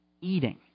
eating